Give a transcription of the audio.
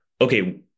okay